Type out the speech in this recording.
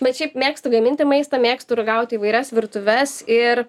bet šiaip mėgstu gaminti maistą mėgstu ragauti įvairias virtuves ir